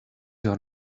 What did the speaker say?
your